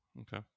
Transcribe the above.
Okay